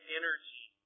energy